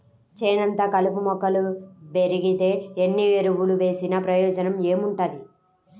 చేనంతా కలుపు మొక్కలు బెరిగితే ఎన్ని ఎరువులు వేసినా ప్రయోజనం ఏముంటది